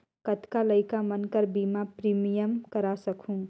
कतना लइका मन कर बीमा प्रीमियम करा सकहुं?